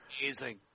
Amazing